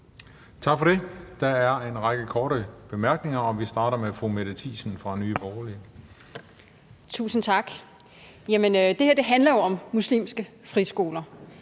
Tak for det. Der er en række korte bemærkninger, og vi starter med fru Mette Thiesen fra Nye Borgerlige. Kl. 10:51 Mette Thiesen (NB): Tusind tak. Det her handler jo om muslimske friskoler.